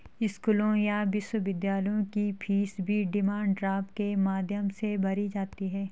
स्कूलों या विश्वविद्यालयों की फीस भी डिमांड ड्राफ्ट के माध्यम से भरी जाती है